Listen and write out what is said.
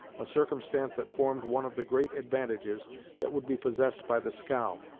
a circumstance that formed one of the great advantages that would be possessed by the scow,